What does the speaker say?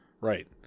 Right